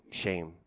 shame